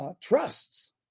trusts